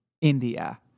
India